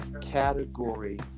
category